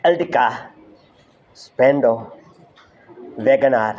અલટીકા સ્પેનડો વેગેનાર